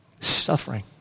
Suffering